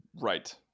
Right